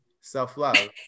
self-love